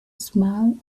small